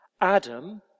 Adam